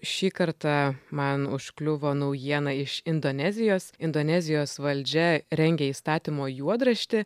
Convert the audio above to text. šį kartą man užkliuvo naujiena iš indonezijos indonezijos valdžia rengia įstatymo juodraštį